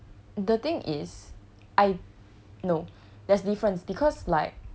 the thing is I no there's difference because like